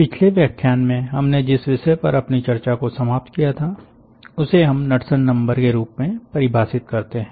पिछले व्याख्यान में हमने जिस विषय पर अपनी चर्चा को समाप्त किया था उसे हम नड्सन नंबर के रूप में परिभाषित करते हैं